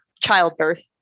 Childbirth